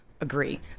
agree